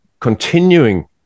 continuing